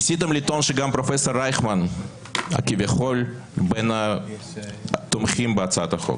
ניסיתם לטעון שגם פרופ' רייכמן כביכול בין התומכים בהצעת החוק,